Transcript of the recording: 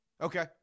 Okay